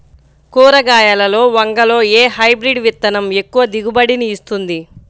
కూరగాయలలో వంగలో ఏ హైబ్రిడ్ విత్తనం ఎక్కువ దిగుబడిని ఇస్తుంది?